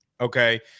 okay